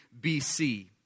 BC